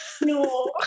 no